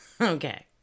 Okay